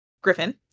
Griffin